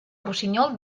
rossinyol